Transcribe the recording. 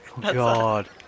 God